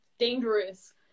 dangerous